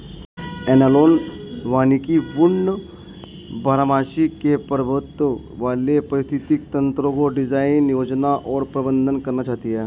analogue वानिकी woody बारहमासी के प्रभुत्व वाले पारिस्थितिक तंत्रको डिजाइन, योजना और प्रबंधन करना चाहती है